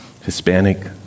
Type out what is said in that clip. Hispanic